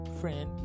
friend